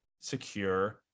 secure